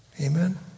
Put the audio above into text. Amen